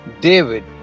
David